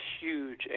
huge